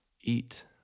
eat